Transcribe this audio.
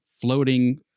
floating